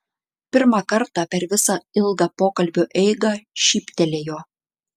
pirmą kartą per visą ilgą pokalbio eigą šyptelėjo